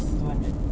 two hundred